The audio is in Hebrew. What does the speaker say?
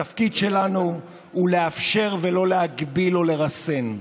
התפקיד שלנו הוא לאפשר ולא להגביל או לרסן.